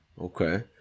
okay